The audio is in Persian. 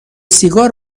سیگار